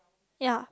ya